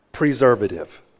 Preservative